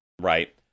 right